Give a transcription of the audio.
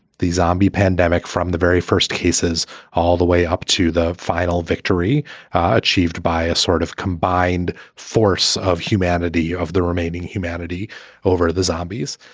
the zombie pandemic from the very first cases all the way up to the final victory achieved by a sort of combined force of humanity, of the remaining humanity over the zombies.